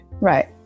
Right